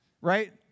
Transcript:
right